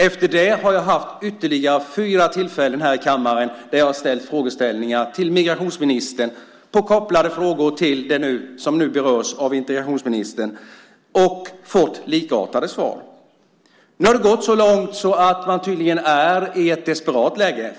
Efter detta har jag vid ytterligare fyra tillfällen här i kammaren ställt frågor till migrationsministern - frågor som är kopplade till det som nu berörs av integrationsministern. Jag har då fått likartade svar. Nu har det gått så långt att regeringen tydligen är i ett desperat läge.